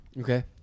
Okay